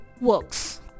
works